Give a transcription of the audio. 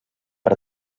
per